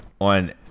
on